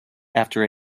after